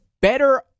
better